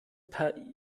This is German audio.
per